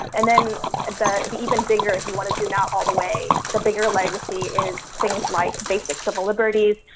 and then the the even bigger, if you want to do now all the way, the bigger legacy is things like basic civil liberties,